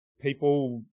people